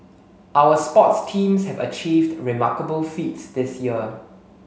our sports teams have achieved remarkable feats this year